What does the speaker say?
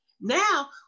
Now